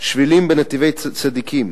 שבילים ב"נתיבי צדיקים",